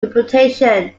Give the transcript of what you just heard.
reputation